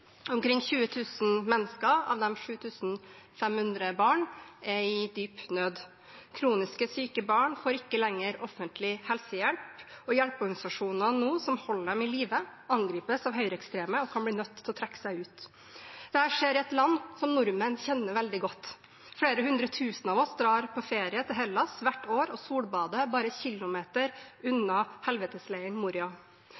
Omkring 20 000 mennesker, av dem 7 500 barn, er i dyp nød. Kronisk syke barn får ikke lenger offentlig helsehjelp, og hjelpeorganisasjonene som nå holder dem i live, angripes av høyreekstreme og kan bli nødt til å trekke seg ut. Dette skjer i et land som nordmenn kjenner veldig godt. Flere hundre tusen av oss drar på ferie til Hellas hvert år og solbader bare